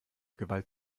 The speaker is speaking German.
gewalt